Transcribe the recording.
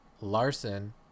Larson